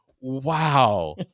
wow